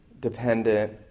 dependent